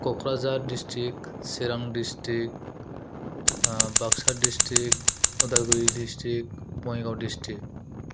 Kokrajhar district Chirang district Baksa district Udalguri district Bongaigaon district